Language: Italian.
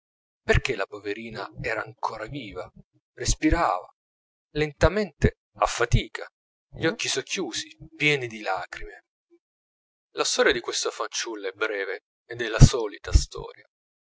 perchè la poverina era ancor viva respirava lentamente a fatica gli occhi socchiusi pieni di lacrime la storia di questa fanciulla è breve ed è la solita storia